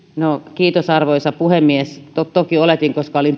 kiitos arvoisa puhemies toki oletin koska olin